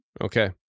Okay